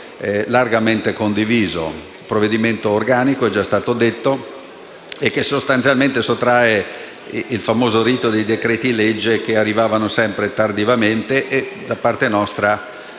un provvedimento organico - come è già stato detto - che sostanzialmente supera il famoso rito dei decreti-legge che arrivano sempre tardivamente e che - a nostro